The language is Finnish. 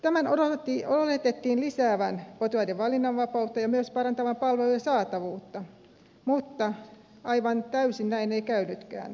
tämän oletettiin lisäävän potilaiden valinnanvapautta ja myös parantavan palveluiden saatavuutta mutta aivan täysin näin ei käynytkään